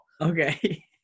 Okay